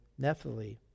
Nephilim